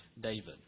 David